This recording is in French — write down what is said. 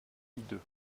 hideux